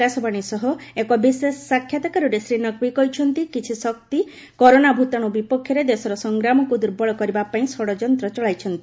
ଆକାଶବାଣୀ ସହ ଏକ ବିଶେଷ ସାକ୍ଷାତ୍କାରରେ ଶ୍ରୀ ନକ୍ବୀ କହିଛନ୍ତି କିଛି ଶକ୍ତି କରୋନା ଭୂତାଣୁ ବିପକ୍ଷରେ ଦେଶର ସଂଗ୍ରାମକୁ ଦୁର୍ବଳ କରିବାପାଇଁ ଷଡ଼ଯନ୍ତ୍ର ଚଳାଇଛନ୍ତି